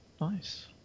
Nice